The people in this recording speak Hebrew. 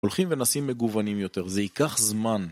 הולכים ונעשים מגוונים יותר. זה ייקח זמן.